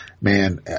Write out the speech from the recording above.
man